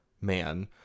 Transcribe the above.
man